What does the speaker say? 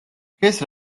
დღეს